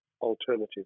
alternative